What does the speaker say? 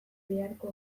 beharko